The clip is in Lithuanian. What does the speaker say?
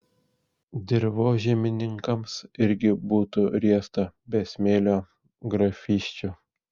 dirvožemininkams irgi būtų riesta be smėlio grafysčių